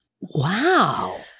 Wow